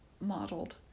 modeled